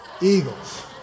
eagles